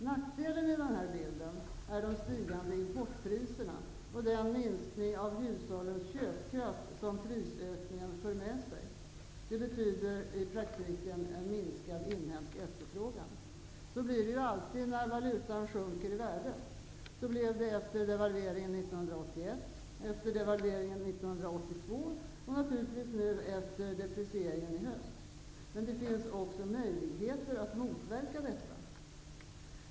Nackdelen i den här bilden är de stigande importpriserna och den minskning av hushållens köpkraft som prisökningen för med sig. Det betyder i praktiken en minskad inhemsk efterfrågan. Så blir det alltid när valutan sjunker i värde. Så blev det efter devalveringen 1981, efter devalveringen 1982 och naturligtvis även nu efter deprecieringen nu i höst. Men det finns också möjligheter att motverka detta.